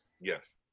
Yes